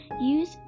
Use